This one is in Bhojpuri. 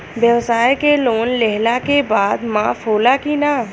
ब्यवसाय के लोन लेहला के बाद माफ़ होला की ना?